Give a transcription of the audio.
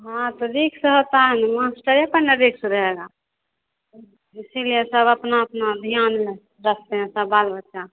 हाँ तो रिस्क होता है ना मास्टरे का ना रिस्क रहेगा इसीलिए सब अपना अपना ध्यान रखते हैं सब बाल बच्चा